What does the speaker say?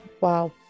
Wow